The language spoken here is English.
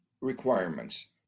requirements